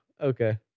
Okay